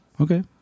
Okay